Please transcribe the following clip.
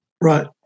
Right